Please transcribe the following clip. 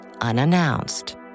unannounced